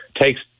Takes